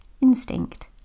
Instinct